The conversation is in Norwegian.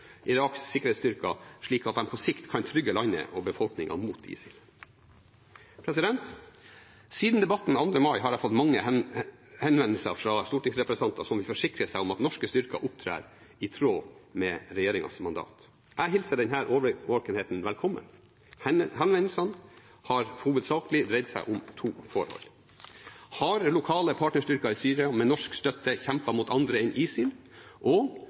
Iraks sikkerhetsstyrker, slik at de på sikt kan trygge landet og befolkningen mot ISIL. Siden debatten 2. mai har jeg fått mange henvendelser fra stortingsrepresentanter som vil forsikre seg om at norske styrker opptrer i tråd med regjeringens mandat. Jeg hilser denne årvåkenheten velkommen. Henvendelsene har hovedsakelig dreid seg om to forhold: Har lokale partnerstyrker i Syria med norsk støtte kjempet mot andre enn ISIL? Og: